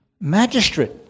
magistrate